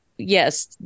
Yes